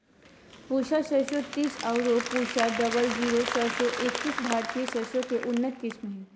पूसा सरसों तीस आरो पूसा डबल जीरो सरसों एकतीस भारतीय सरसों के उन्नत किस्म हय